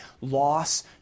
loss